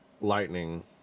Lightning